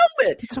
helmet